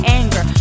anger